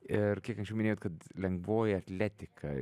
ir kiek anksčiau minėjot kad lengvoji atletika